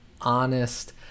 honest